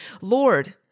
Lord